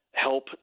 help